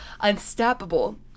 unstoppable